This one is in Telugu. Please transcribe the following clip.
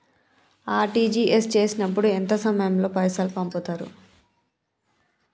ఆర్.టి.జి.ఎస్ చేసినప్పుడు ఎంత సమయం లో పైసలు పంపుతరు?